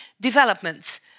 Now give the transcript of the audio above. development